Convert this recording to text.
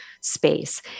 space